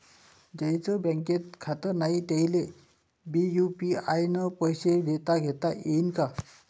ज्याईचं बँकेत खातं नाय त्याईले बी यू.पी.आय न पैसे देताघेता येईन काय?